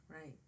Right